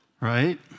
Right